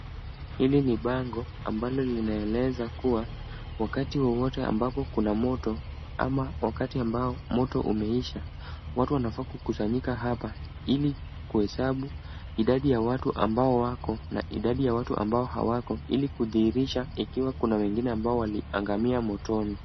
Hili ni bango ambalo linaeleza kuwa wakati wowote ambapo kuna moto ama wakati ambao moto umeisha, watu wanafaa kukusanyika hapa ili kuhesabu idadi ya watu ambao wako na idadi ya watu ambao hawako ili kudhihirisha ikiwa kuna wengine ambao waliangamia motoni.